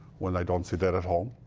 when i don't see that at home.